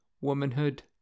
womanhood